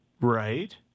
right